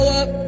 up